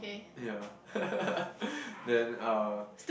ya then uh